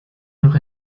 noch